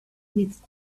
with